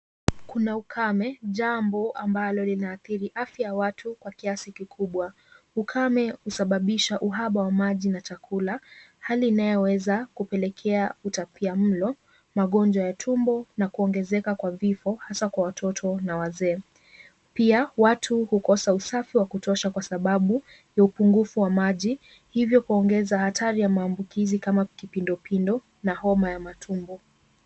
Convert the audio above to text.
Kuna ukame jambo ambalo linaathiri afya ya watu kwa kiasi kikubwa. Ukame husababisha uhaba wa maji na chakula hali inayoweza kupelekea utapia mlo, magonjwa ya tumbo na kuongezeka kwa vifo hasa kwa watoto na wazee. Pia watu hukosa usafi wa kutosha kwa sababu ya upungufu wa maji hivyo kuongeza hatari ya maambukizi kama kipindupindu na homa ya matumbo.